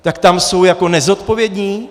Tak tam jsou jako nezodpovědní?